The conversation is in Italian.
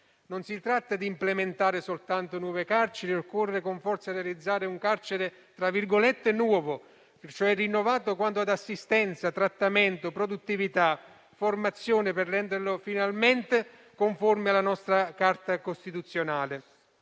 Non si tratta soltanto di implementare nuove carceri, ma occorre con forza realizzare un carcere nuovo, cioè rinnovato quanto ad assistenza, trattamento, produttività e formazione per renderlo finalmente conforme alla nostra Carta costituzionale.